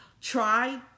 Try